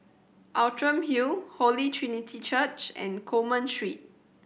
Outram Hill Holy Trinity Church and Coleman Street